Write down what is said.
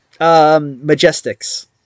majestics